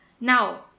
now